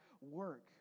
work